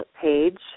page